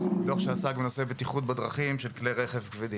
ואחד שעסק בנושא בטיחות בדרכים של כלי רכב כבדים.